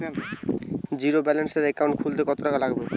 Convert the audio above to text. জিরোব্যেলেন্সের একাউন্ট খুলতে কত টাকা লাগবে?